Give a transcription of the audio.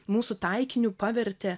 mūsų taikiniu pavertė